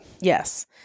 Yes